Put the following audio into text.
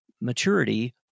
maturity